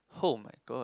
oh my god